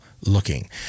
looking